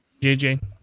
JJ